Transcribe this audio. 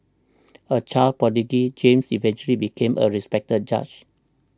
a child prodigy James eventually became a respected judge